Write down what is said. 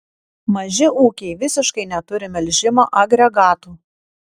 maži ūkiai visiškai neturi melžimo agregatų